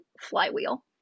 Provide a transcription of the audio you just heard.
flywheel